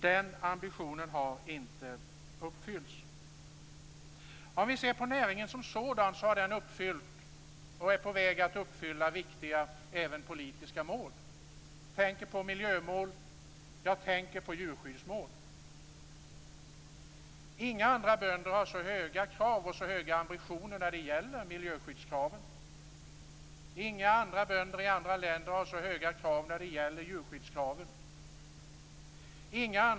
Den ambitionen har inte uppfyllts. Näringen som sådan är på väg att uppfylla även viktiga politiska mål. Jag tänker på miljömål. Jag tänker på djurskyddsmål. Inga andra bönder har så höga krav och så höga ambitioner när det gäller miljöskyddskraven. Inga bönder i andra länder har så höga krav när det gäller djurskyddskraven.